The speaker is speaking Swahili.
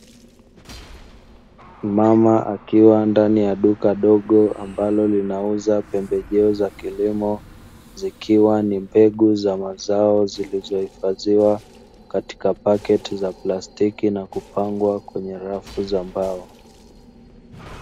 Mama akiwa ndani ya duka dogo ambalo linauza pembejeo za kilimo, zikiwa ni mbegu za mazao zilizohifadhiwa katika pakiti za plastiki na kupangwa kwenye rafu za mbao.